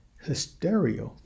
hysteria